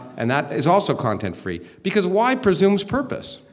and that is also content-free because why presumes purpose.